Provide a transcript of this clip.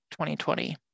2020